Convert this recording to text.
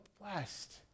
blessed